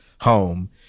home